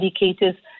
indicators